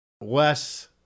Wes